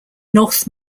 north